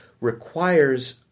requires